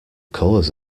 colours